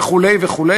וכו' וכו',